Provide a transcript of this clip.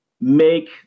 make